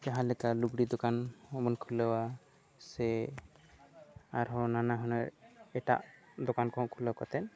ᱡᱟᱦᱟᱸ ᱞᱮᱠᱟ ᱞᱩᱜᱽᱲᱤ ᱫᱳᱠᱟᱱ ᱦᱚᱸᱵᱚᱱ ᱠᱷᱩᱞᱟᱹᱣᱟ ᱥᱮ ᱟᱨᱦᱚᱸ ᱱᱟᱱᱟ ᱦᱩᱱᱟᱹᱨ ᱮᱴᱟᱜ ᱫᱳᱠᱟᱱ ᱠᱚᱦᱚᱸ ᱠᱷᱩᱞᱟᱹᱣ ᱠᱟᱛᱮᱫ